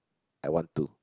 I want to